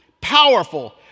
powerful